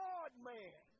God-man